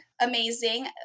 Amazing